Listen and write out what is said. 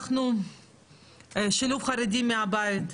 שילוב חרדים מהבית.